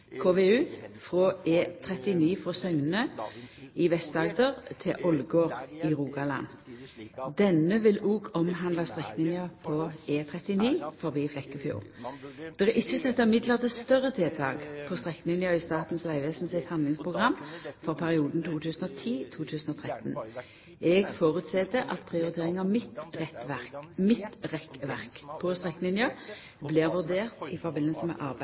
frå Søgne i Vest-Agder til Ålgård i Rogaland. Denne vil òg omhandla strekninga på E39 forbi Flekkefjord. Det er ikkje sett av midlar til større tiltak på strekninga i Statens vegvesen sitt handlingsprogram for perioden 2010–2013. Eg føreset at ei prioritering av midtrekkverk på strekninga blir vurdert i samband med